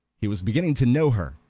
he was beginning to know her,